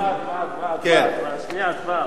הצבעה, הצבעה, הצבעה.